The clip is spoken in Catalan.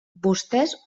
vostès